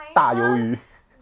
大鱿鱼